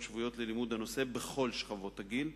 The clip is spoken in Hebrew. שבועיות ללימוד הנושא בכל שכבות הגיל.